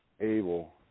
able